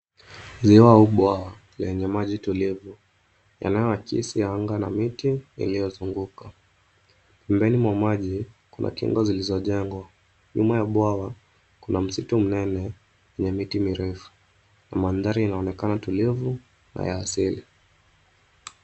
Ziwa kubwa lenye anga tulivu, yanayoakisi anga na miti yaliyozunguka. Pembeni mwa maji kuna kingo zilizojengwa. Nyuma ya bwawa kuna msitu mnene na miti mirefu. Na mandhari yanaonekana tulivu na ya asili.